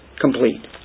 complete